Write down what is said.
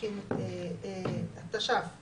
התש"ף 2020,